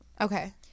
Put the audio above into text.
Okay